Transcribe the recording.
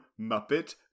Muppet